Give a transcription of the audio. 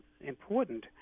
important